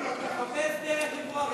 מחפש דרך לברוח.